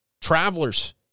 travelers